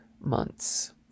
months